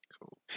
Cool